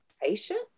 patient